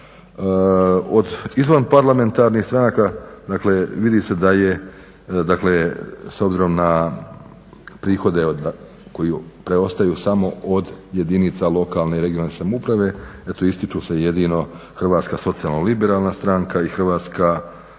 Od izvanparlamentarnih stranaka, dakle vidi se da je, dakle s obzirom na prihode koji preostaju samo od jedinica lokalne i regionalne samouprave, eto ističu se jedino Hrvatska socijalna liberalna stranka i Hrvatska,